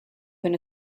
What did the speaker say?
been